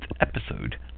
episode